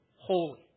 holy